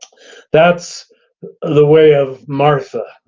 that's the way of martha,